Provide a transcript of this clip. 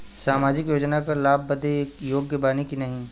सामाजिक योजना क लाभ बदे योग्य बानी की नाही?